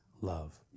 love